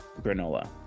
granola